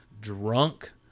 drunk